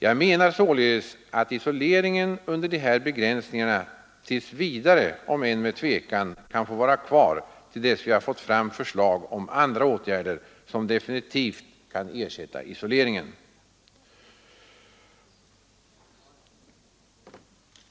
Jag menar således att isoleringen under de här begränsningarna tills vidare, om än med tvekan, kan få vara kvar till dess vi har fått fram förslag om andra åtgärder, som definitivt kan ersätta isoleringen.